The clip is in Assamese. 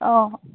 অঁ